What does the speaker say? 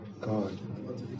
God